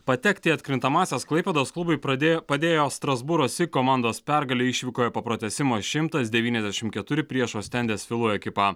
patekti į atkrintamąsias klaipėdos klubui pradėjo padėjo strasbūro sig komandos pergalė išvykoje po pratęsimo šimtas devyniasdešimt keturi prieš ostendes filo ekipą